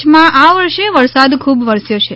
કચ્છમાં આ વર્ષે વરસાદ ખૂબ વરસ્યો છે